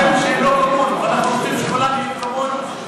אנחנו רוצים שכולם יהיו כמונו,